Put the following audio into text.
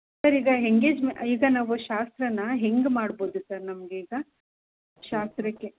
sir ಈಗ ಹೆಂಗೇಜ್ಮ್ ಈಗ ನಾವು ಶಾಸ್ತ್ರನ ಹೆಂಗೆ ಮಾಡ್ಬೌದು ಸರ್ ನಮ್ಗೆ ಈಗ ಶಾಸ್ತ್ರಕ್ಕೆ